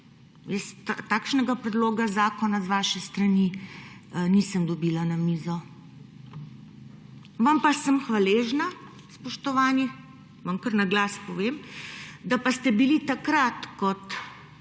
Jaz takšnega predloga zakona z vaše strani nisem dobila na mizo. Vam pa sem hvaležna, spoštovani, vam kar naglas povem, da pa ste bili takrat kot neka